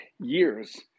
years